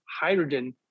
hydrogen